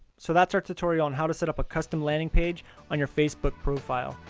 so that is our tutorial on how to set up a custom landing page on your facebook profile.